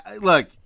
look